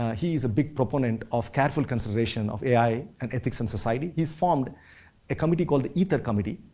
ah he is a big proponent of careful consideration of ai and ethics in society. he has formed a committee called the aether committee,